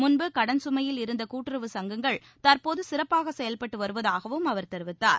முன்பு கடன் சுமையில் இருந்த கூட்டுறவு சங்கங்கள் தற்போது சிறப்பாக செயல்பட்டு வருவதாகவும் அவர் தெரிவித்தார்